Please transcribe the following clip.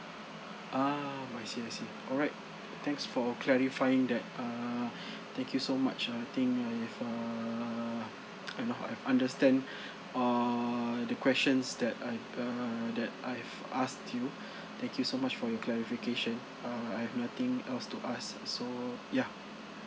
ah I see I see alright thanks for clarifying that err thank you so much I think I've err I've uh I've understand err the questions that I err that I've asked you thank you so much for your clarification err I've nothing else to ask lah so ya